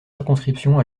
circonscription